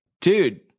dude